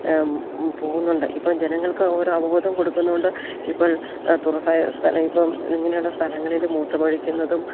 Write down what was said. പോകുന്നുണ്ട് ഇപ്പം ജനങ്ങൾക്ക് ഓരോ അവബോധം കൊടുക്കുന്നതു കൊണ്ട് ഇപ്പോൾ തുറസ്സായ സ്ഥലം ഇപ്പം ഇങ്ങനെയുള്ള സ്ഥലങ്ങളിൽ മൂത്രമൊഴിക്കുന്നതും